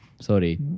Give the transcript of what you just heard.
Sorry